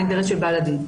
זה האינטרס של בעל הדין.